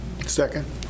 Second